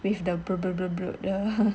with the